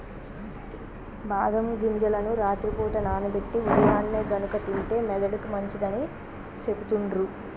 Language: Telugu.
బాదం గింజలను రాత్రి పూట నానబెట్టి ఉదయాన్నే గనుక తింటే మెదడుకి మంచిదని సెపుతుండ్రు